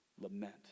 lament